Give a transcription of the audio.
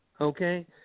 Okay